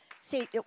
see